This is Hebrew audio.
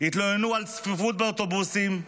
והתלוננו על צפיפות באוטובוסים.